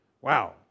Wow